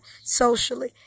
socially